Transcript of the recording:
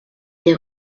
des